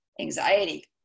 anxiety